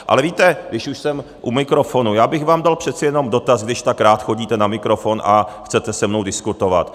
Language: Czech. Ale víte, když už jsem u mikrofonu, já bych vám dal přece jenom dotaz, když tak rád chodíte na mikrofon a chcete se mnou diskutovat.